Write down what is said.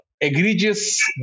egregious